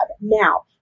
Now